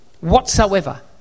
whatsoever